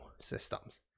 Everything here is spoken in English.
systems